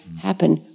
happen